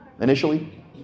Initially